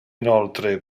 inoltre